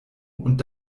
und